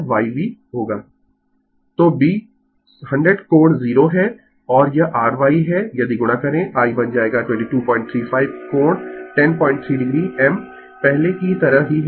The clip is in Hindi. Refer Slide Time 2812 तो b 100 कोण 0 है और यह r Y है यदि गुणा करें I बन जाएगा 2235 कोण 103 o एम्प पहले की तरह ही है